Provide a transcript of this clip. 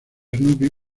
snoopy